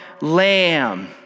lamb